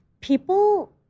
people